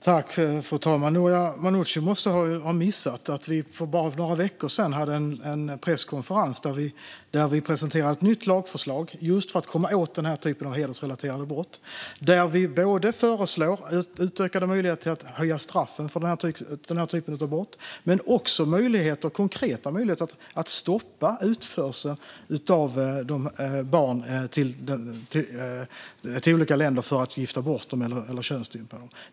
Fru talman! Noria Manouchi måste ha missat att vi för bara några veckor sedan hade en presskonferens där vi presenterade ett nytt lagförslag just för att komma åt den här typen av hedersrelaterade brott. Där föreslår vi utökade möjligheter att höja straffen för den här typen av brott men också konkreta möjligheter att stoppa utförsel av barn till olika länder för att gifta bort dem eller könsstympa dem.